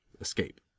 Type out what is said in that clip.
escape